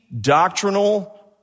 doctrinal